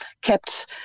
kept